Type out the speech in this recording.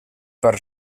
per